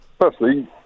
Firstly